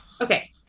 Okay